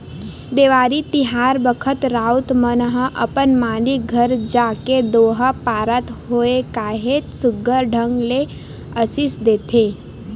देवारी तिहार बखत राउत मन ह अपन मालिक घर जाके दोहा पारत होय काहेच सुग्घर ढंग ले असीस देथे